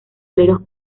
aleros